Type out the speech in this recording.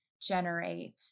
generate